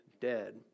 dead